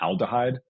aldehyde